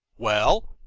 well,